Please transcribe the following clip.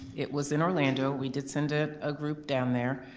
it was in orlando, we did send a ah group down there.